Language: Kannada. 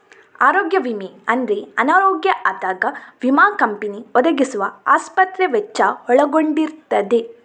ಆರೋಗ್ಯ ವಿಮೆ ಅಂದ್ರೆ ಅನಾರೋಗ್ಯ ಆದಾಗ ವಿಮಾ ಕಂಪನಿ ಒದಗಿಸುವ ಆಸ್ಪತ್ರೆ ವೆಚ್ಚ ಒಳಗೊಂಡಿರ್ತದೆ